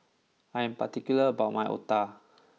I am particular about my Otah